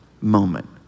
moment